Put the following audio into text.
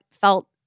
felt